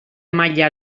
maila